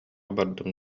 бардым